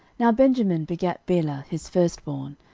now benjamin begat bela his firstborn,